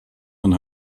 von